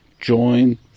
join